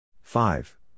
Five